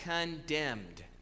condemned